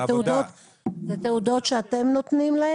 זה תעודות שאתם נותנים להם?